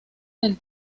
del